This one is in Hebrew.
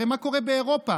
הרי מה קורה באירופה?